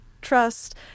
trust